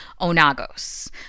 Onagos